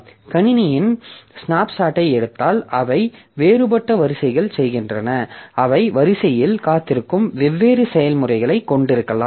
கணினியின் ஸ்னாப்ஷாட்டை எடுத்தால் அவை வேறுபட்ட வரிசைகளை செய்கின்றன அவை வரிசையில் காத்திருக்கும் வெவ்வேறு செயல்முறைகளைக் கொண்டிருக்கலாம்